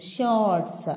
Shorts